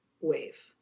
wave